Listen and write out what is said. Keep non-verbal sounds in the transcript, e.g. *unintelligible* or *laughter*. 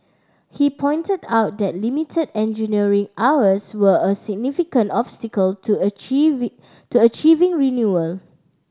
he pointed out that limited engineering hours were a significant obstacle to *unintelligible* to achieving renewal